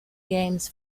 games